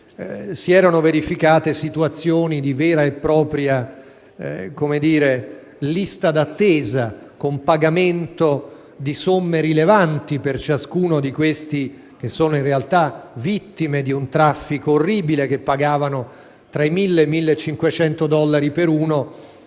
si erano verificate situazioni di vera e propria lista d'attesa, con pagamento di somme rilevanti per ciascuna di queste che sono in realtà vittime di un traffico orribile, e che pagavano dai 1.000 ai 1.500 dollari a